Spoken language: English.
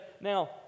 now